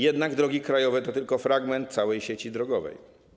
Jednak drogi krajowe to tylko fragment całej sieci drogowej.